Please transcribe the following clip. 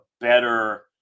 better